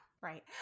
Right